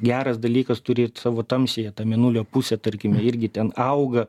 geras dalykas turi ir savo tamsiąją mėnulio pusę tarkime irgi ten auga